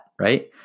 right